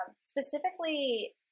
specifically